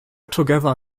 together